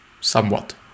Somewhat